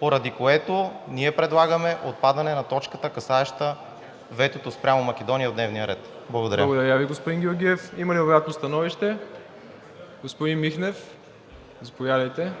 поради което ние предлагаме отпадане на точката, касаеща ветото спрямо Македония, от дневния ред. Благодаря. ПРЕДСЕДАТЕЛ МИРОСЛАВ ИВАНОВ: Благодаря Ви, господин Георгиев. Има ли обратно становище? Господин Михнев, заповядайте.